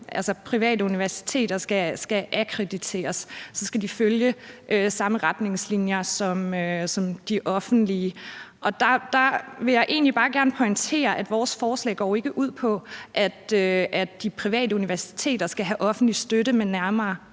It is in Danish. private universiteter skal akkrediteres, skal de følge samme retningslinjer som de offentlige. Der vil jeg egentlig bare gerne pointere, at vores forslag ikke går ud på, at de private universiteter skal have offentlig støtte, men nærmere